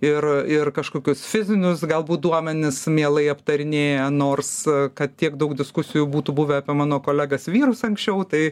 ir ir kažkokius fizinius galbūt duomenis mielai aptarinėja nors kad tiek daug diskusijų būtų buvę apie mano kolegas vyrus anksčiau tai